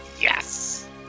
Yes